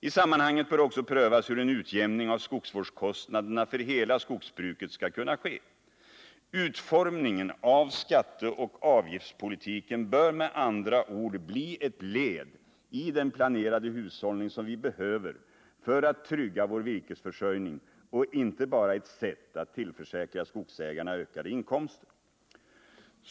I sammanhanget bör också prövas hur en utjämning av skogsvårdskostnaderna för hela skogsbruket skall kunna ske. Utformningen av skatteoch avgiftspolitiken bör med andra ord bli ett led i den planerade hushållning som vi behöver för att trygga vår virkesförsörjning och inte bara ett sätt att tillförsäkra skogsägarna ökade inkomster.